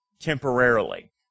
temporarily